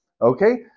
Okay